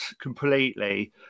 completely